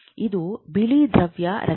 ಇದು ಬಿಳಿ ದ್ರವ್ಯ ರಚನೆ